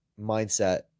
mindset